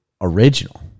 original